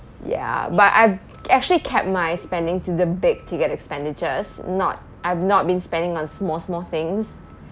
ya but I've actually kept my spending to the big ticket expenditures not I've not been spending on small small things